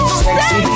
sexy